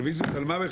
על מה הרוויזיות?